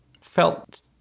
felt